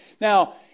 Now